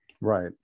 right